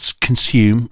consume